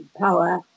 power